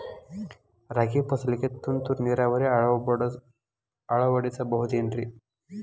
ರಾಗಿ ಫಸಲಿಗೆ ತುಂತುರು ನೇರಾವರಿ ಅಳವಡಿಸಬಹುದೇನ್ರಿ?